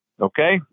Okay